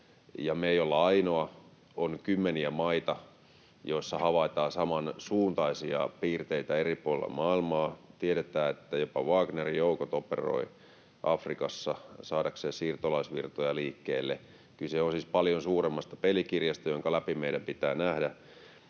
puolilla maailmaa on kymmeniä maita, joissa havaitaan samansuuntaisia piirteitä. Tiedetään, että jopa Wagner-joukot operoivat Afrikassa saadakseen siirtolaisvirtoja liikkeelle. Kyse on siis paljon suuremmasta pelikirjasta, jonka läpi meidän pitää nähdä.